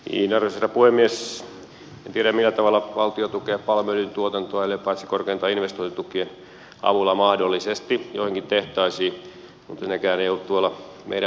en tiedä millä tavalla valtio tukee palmuöljyn tuotantoa paitsi korkeintaan investointitukien avulla mahdollisesti joihinkin tehtaisiin mutta nekään eivät ole tuolla meidän ministeriömme päätettävissä